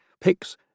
picks